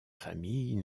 famille